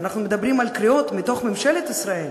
ואנחנו מדברים על קריאות מתוך ממשלת ישראל